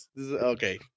Okay